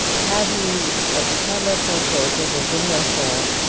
how do you at the time of foreclosure, there's been no sale.